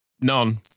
None